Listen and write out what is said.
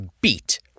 beat